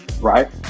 right